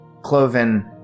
Cloven